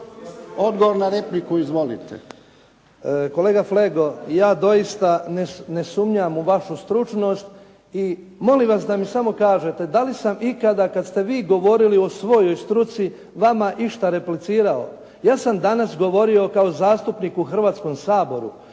Franjo (HDZ)** Kolega Flego, ja doista ne sumnjam u vašu stručnost i molim vas da mi samo kažete da li sam ikada kad ste vi govorili o svojoj struci vama išta replicirao. Ja sam danas govorio kao zastupnik u Hrvatskom saboru